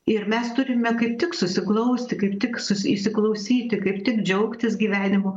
ir mes turime kaip tik susiglausti kaip tik sus įsiklausyti kaip tik džiaugtis gyvenimu